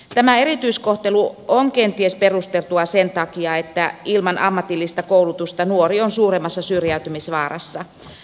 tämä erityiskohtelu on kenties perusteltua sen takia että ilman ammatillista koulutusta nuori on suuremmassa syrjäytymisvaarassa